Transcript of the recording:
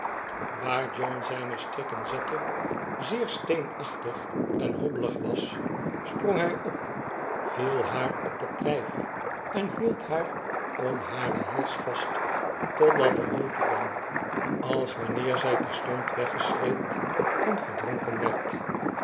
waar john zynestrikken zette zeer steenachtig en hobbelig was sprong hij op viel haar op het lijf en hield haar om haren hals vast totdat er hulp kwam als wanneer zij terstond weggesleept en verdronken werd